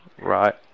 Right